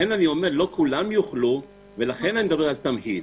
אני אומר שלא כולם יוכלו, ולכן אני מדבר על תמהיל.